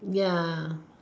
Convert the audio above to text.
ya